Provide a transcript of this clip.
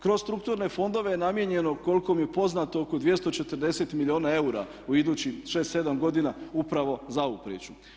Kroz strukturne fondove je namijenjeno koliko mi je poznato oko 240 milijuna eura u idućih 6,7 godina upravo za ovu priču.